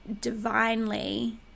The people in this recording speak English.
divinely